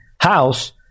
house